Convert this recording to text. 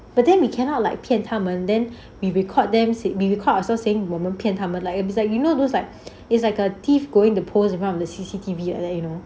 but then we cannot like 骗他们 then we record them said we record also saying 我们骗他们 like it's like you know those like it's like a thief going to pose in front of the C_C_T_V like that you know